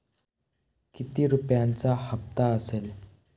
किती रुपयांचा हप्ता असेल?